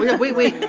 yeah wait wait,